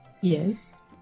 Yes